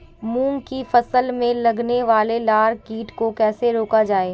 मूंग की फसल में लगने वाले लार कीट को कैसे रोका जाए?